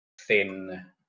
thin